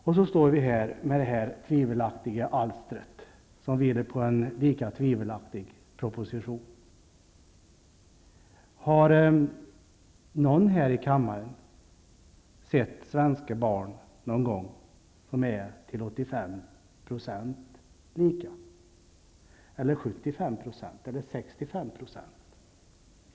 Och så står vi här med det här tvivelaktiga alstret, som bygger på en lika tvivelaktig proposition. Har någon här i kammaren någon gång sett svenska barn som är till 85 %, till 75 % eller till 65 % lika?